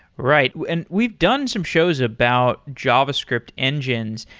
right. and we've done some shows about javascript engines,